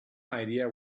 idea